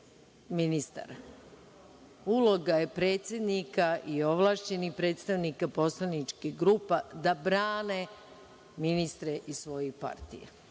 ministara. Uloga je predsednika i ovlašćenih predstavnika poslaničkih grupa da brane ministre iz svojih partija